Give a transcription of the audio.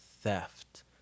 theft